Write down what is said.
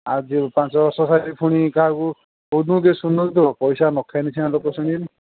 ଯେଉଁ ପାଞ୍ଚ ବର୍ଷ ଖାଇବି ପୁଣି କାହାକୁ କହୁଥିବ କିଏ ଶୁଣୁନଥିବ ପଇସା ନ ଖାଇଲେ ସିନା ଲୋକ ଶୁଣିବେନି